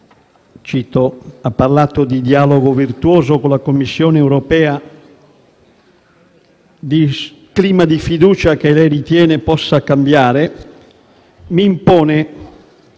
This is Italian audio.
ha parlato di dialogo virtuoso con la Commissione europea e di clima di fiducia, che lei ritiene possa cambiare, e dunque